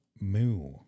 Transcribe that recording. moo